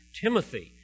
Timothy